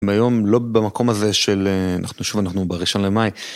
היום לא במקום הזה של, אנחנו שוב, אנחנו בראשון למאי.